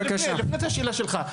לפני השאלה שלך.